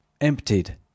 emptied